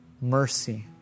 mercy